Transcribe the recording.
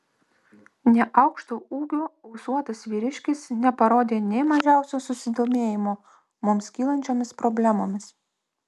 neaukšto ūgio ūsuotas vyriškis neparodė nė mažiausio susidomėjimo mums kylančiomis problemomis